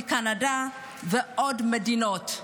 מקנדה ומעוד מדינות,